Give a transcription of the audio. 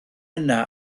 yna